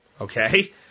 Okay